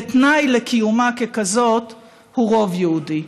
ותנאי לקיומה ככזאת הוא רוב יהודי,